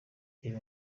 reba